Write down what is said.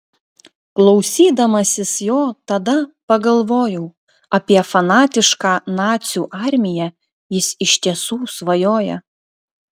klausydamasis jo tada pagalvojau apie fanatišką nacių armiją jis iš tiesų svajoja